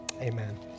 amen